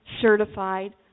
certified